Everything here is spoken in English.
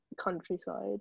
countryside